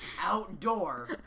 Outdoor